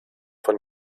von